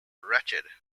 wretched